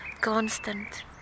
constant